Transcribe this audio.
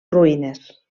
ruïnes